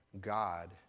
God